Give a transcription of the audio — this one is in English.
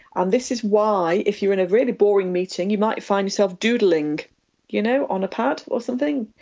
and this is why, if you're in a really boring meeting, you might find yourself doodling you know on a pad or something,